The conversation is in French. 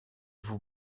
vous